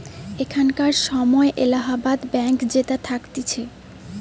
এখানকার সময় এলাহাবাদ ব্যাঙ্ক যেটা থাকতিছে